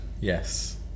yes